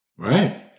Right